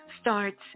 starts